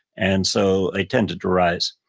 and so they tended to rise.